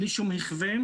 בלי שום הכוון,